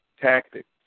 tactics